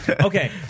Okay